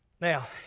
Now